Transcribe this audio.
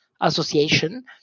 association